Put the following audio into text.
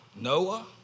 Noah